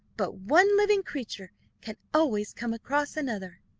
but one living creature can always come across another.